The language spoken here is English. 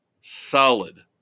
solid